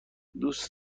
دوست